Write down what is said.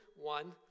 one